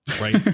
right